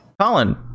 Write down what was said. Colin